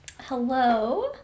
Hello